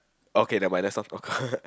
okay never mind let's not ppl